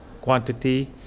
quantity